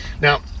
Now